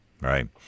Right